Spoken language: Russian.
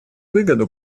выгоду